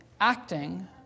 acting